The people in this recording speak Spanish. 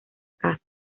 casa